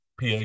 pa